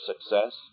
success